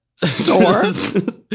store